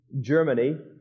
Germany